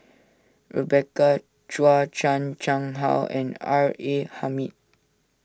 Rebecca Chua Chan Chang How and R A Hamid